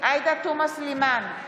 עאידה תומא סלימאן,